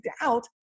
out